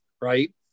right